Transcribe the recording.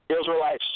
Israelites